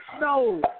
No